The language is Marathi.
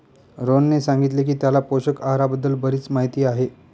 रोहनने सांगितले की त्याला पोषक आहाराबद्दल बरीच माहिती आहे